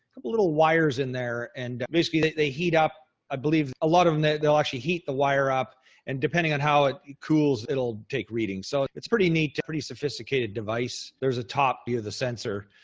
little wires in there and, basically they they heat up, i believe a lot of they'll actually heat the wire up and depending on how it cools it'll take readings. so it's pretty neat, pretty sophisticated device. there's a top view of the sensor.